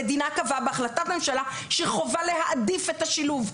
המדינה קבעה בהחלטת ממשלה שחובה להעדיף את השילוב.